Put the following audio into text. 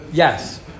Yes